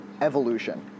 evolution